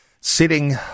sitting